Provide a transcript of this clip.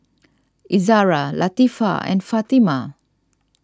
Izzara Latifa and Fatimah